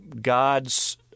God's